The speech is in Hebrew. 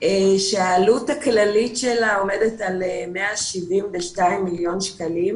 שהעלות הכללית שלה עומדת על 172 מיליון שקלים